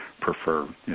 prefer